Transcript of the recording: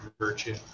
virtue